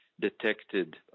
Detected